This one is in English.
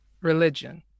religion